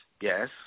Yes